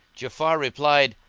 ja'afar replied,